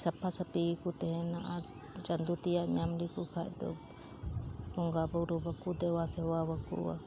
ᱥᱟᱯᱷᱟ ᱥᱟᱹᱯᱷᱤ ᱜᱮᱠᱚ ᱛᱟᱦᱮᱱᱟ ᱟᱨ ᱪᱟᱫᱳ ᱛᱮᱭᱟᱜ ᱧᱟᱢ ᱞᱮᱠᱚ ᱠᱷᱟᱡ ᱫᱚ ᱵᱚᱜᱟ ᱵᱩᱨᱩ ᱵᱟᱠᱚ ᱫᱮᱵᱟ ᱥᱮᱵᱟᱣᱟᱠᱚᱣᱟ